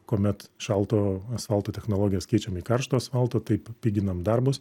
kuomet šalto asfalto technologijas keičiam į karšto asfalto taip piginam darbus